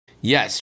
Yes